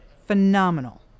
Phenomenal